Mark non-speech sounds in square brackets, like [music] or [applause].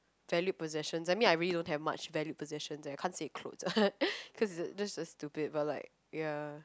valued possessions I mean I really don't have much valued possessions I can't say clothes [laughs] cause that's just stupid but like ya